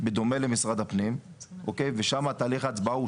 בדומה למשרד הפנים ושמה תהליך ההצבעה הוא